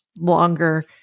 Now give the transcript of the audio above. longer